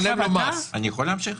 יכול להמשיך?